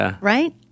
Right